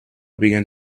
began